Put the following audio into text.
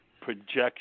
projection